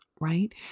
right